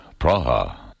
Praha